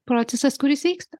procesas kuris vyksta